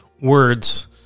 words